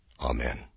Amen